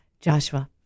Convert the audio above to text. Joshua